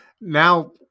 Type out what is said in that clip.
now